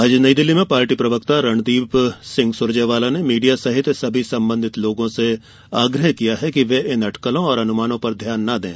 आज नई दिल्ली में पार्टी प्रवक्ता और रणदीप सिंह सुरजेवाला ने मीडिया सहित सभी संबंधित लोगों से आग्रह किया है कि वे इन अटकलों और अनुमानों पर ध्यांन न दें